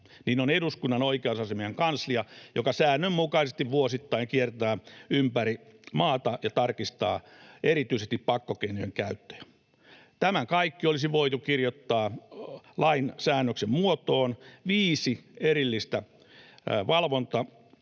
niin on Eduskunnan oikeusasiamiehen kanslia, joka säännönmukaisesti vuosittain kiertää ympäri maata ja tarkistaa erityisesti pakkokeinojen käyttöä. Tämä kaikki olisi voitu kirjoittaa lain säännöksen muotoon, viisi erillistä valvonta-